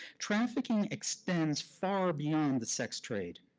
trafficking extends far beyond the sex trade.